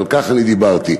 על כך דיברתי.